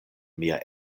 mia